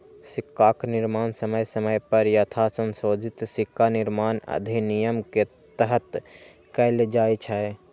सिक्काक निर्माण समय समय पर यथासंशोधित सिक्का निर्माण अधिनियम के तहत कैल जाइ छै